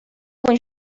кун